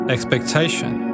Expectation